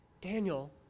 Daniel